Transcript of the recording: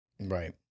Right